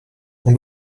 und